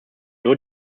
nur